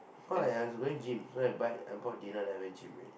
cause I I was going gym so I buy I bought dinner then I went gym already